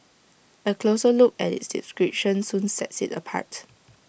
A closer look at its description soon sets IT apart